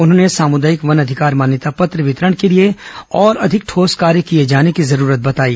उन्होंने सामुदायिक वन अधिकार मान्यता पत्र वितरण के लिए और अधिक ठोस कार्य किए जाने की जरूरत बताई